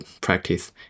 practice